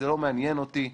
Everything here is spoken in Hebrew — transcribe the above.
זה לא מעניין אותי.